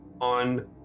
on